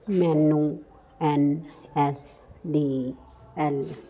ਮੈਨੂੰ N S D L